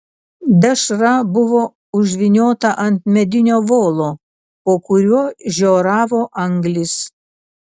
dešra buvo užvyniota ant medinio volo po kuriuo žioravo anglys